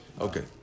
Okay